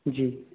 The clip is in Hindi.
जी